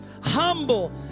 humble